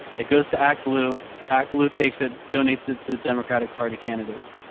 it goes to act blue act blue takes it donates it to the democratic party candidates.